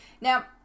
Now